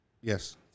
Yes